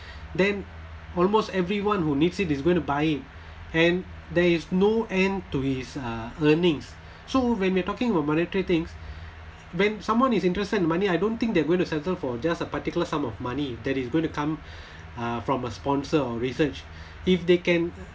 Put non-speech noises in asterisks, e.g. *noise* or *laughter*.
then almost everyone who needs it is going to buy it there is no end to his uh earnings so when we're talking about monetary things when someone is interested in money I don't think they're going to settle for just a particular sum of money *breath* that is going to come from a sponsor or research if they can